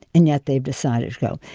and yet they've decided to go.